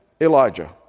Elijah